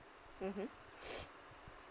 mmhmm